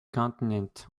continents